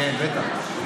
כן, בטח.